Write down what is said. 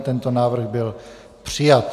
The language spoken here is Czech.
Tento návrh byl přijat.